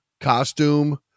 costume